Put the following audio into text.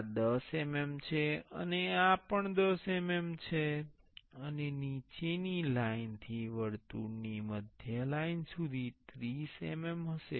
આ 10 mm છે અને આ પણ 10 mm છે અને નીચેની લાઇન થી વર્તુળની મધ્ય લાઇન સુધી 30 mm હશે